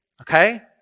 okay